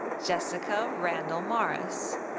jessica randahl morris.